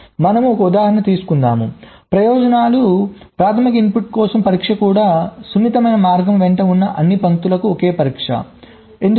మనము ఒక ఉదాహరణ తీసుకుందాం ప్రయోజనాలు ప్రాధమిక ఇన్పుట్ కోసం పరీక్ష కూడా సున్నితమైన మార్గం వెంట ఉన్న అన్ని పంక్తులకు ఒక పరీక్ష ఎందుకు